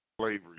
slavery